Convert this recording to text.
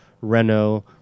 Renault